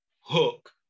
hook